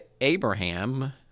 Abraham